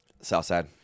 Southside